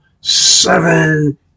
seven